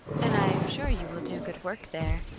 and i am sure you will do good work there.